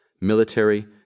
military